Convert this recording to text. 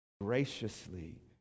graciously